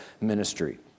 ministry